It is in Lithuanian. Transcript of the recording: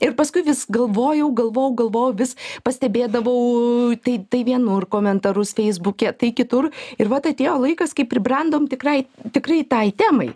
ir paskui vis galvojau galvojau galvojau vis pastebėdavau tai tai vienur komentarus feisbuke tai kitur ir vat atėjo laikas kai pribrendom tikrai tikrai tai temai